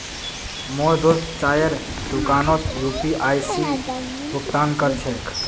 मोर दोस्त चाइर दुकानोत यू.पी.आई स भुक्तान कर छेक